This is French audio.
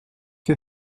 que